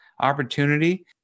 opportunity